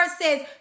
says